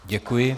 Děkuji.